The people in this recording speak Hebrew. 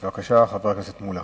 בבקשה, חבר הכנסת מולה.